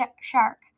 shark